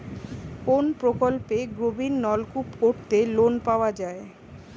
কোন প্রকল্পে গভির নলকুপ করতে লোন পাওয়া য়ায়?